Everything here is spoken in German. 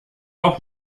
auch